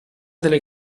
delle